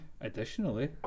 Additionally